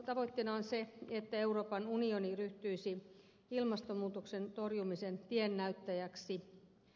tavoitteena on että euroopan unioni ryhtyisi ilmastonmuutoksen torjumisen tiennäyttäjäksi